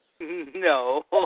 No